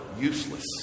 useless